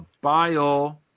bio